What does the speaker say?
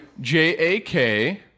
J-A-K